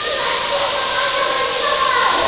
unless you had the mind eraser!